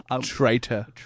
Traitor